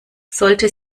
sollte